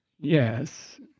Yes